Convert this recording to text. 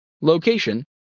Location